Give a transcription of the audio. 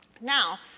Now